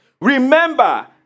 Remember